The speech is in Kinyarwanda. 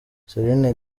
celine